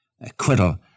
acquittal